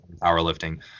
powerlifting